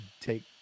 take